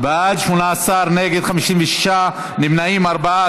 בעד, 18, נגד, 56, נמנעים, ארבעה.